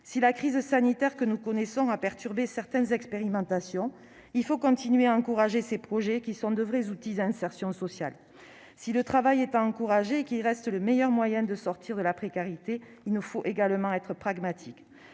Si la crise sanitaire que nous connaissons a perturbé certaines expérimentations, il faut continuer à encourager ces projets qui sont de vrais outils d'insertion sociale. Le travail doit certes être encouragé : il reste le meilleur moyen de sortir de la précarité. Mais il nous faut également être pragmatiques.